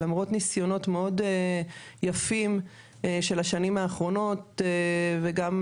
למרות ניסיונות מאוד יפים של השנים האחרונות וגם,